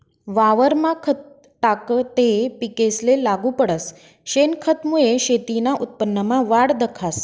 वावरमा खत टाकं ते पिकेसले लागू पडस, शेनखतमुये शेतीना उत्पन्नमा वाढ दखास